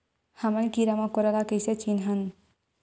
हमन कीरा मकोरा ला कइसे चिन्हन?